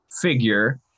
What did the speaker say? figure